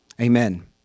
Amen